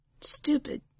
Stupid